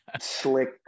slick